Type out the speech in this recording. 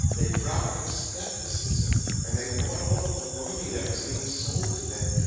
they dropped their skepticism and they bought all the baloney that was being sold to them,